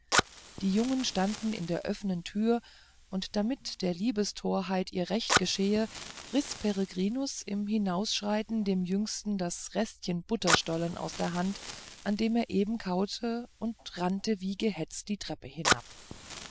die jungen standen in der öffnen türe und damit der liebestorheit ihr recht geschehe riß peregrinus im hinausschreiten dem jüngsten das restchen butterstolle aus der hand an dem er eben kaute und rannte wie gehetzt die treppe hinab